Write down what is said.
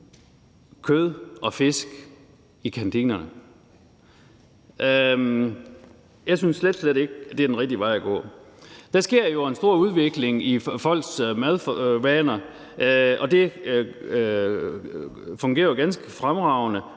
kød og fisk i kantinerne. Jeg synes slet, slet ikke, at det er den rigtige vej at gå. Der sker en stor udvikling i folks madvaner, og det fungerer ganske fremragende